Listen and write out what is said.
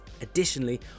Additionally